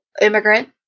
immigrant